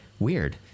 weird